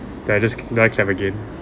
that is do I clap again